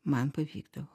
man pavykdavo